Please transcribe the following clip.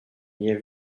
nie